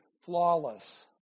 flawless